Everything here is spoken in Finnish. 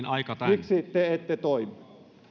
miksi te ette toimi